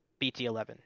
bt11